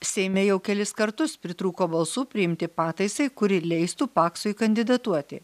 seime jau kelis kartus pritrūko balsų priimti pataisai kuri leistų paksui kandidatuoti